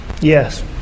yes